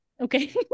Okay